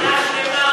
הוא השקיע, אני מבקש.